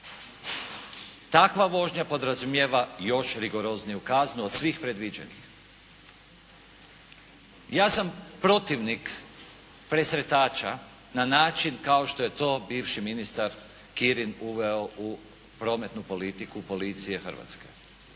Takva vožnja podrazumijeva još rigorozniju kaznu od svih predviđenih. Ja sam protivnik presretača na način kao što je to bivši ministar Kirin uveo u prometnu politiku policije Hrvatske.